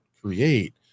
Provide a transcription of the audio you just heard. create